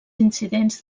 incidents